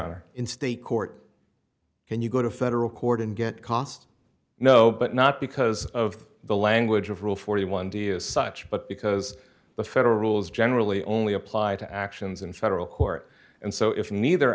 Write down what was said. are in state court can you go to federal court and get costs no but not because of the language of rule forty one deals such but because the federal rules generally only apply to actions in federal court and so if neither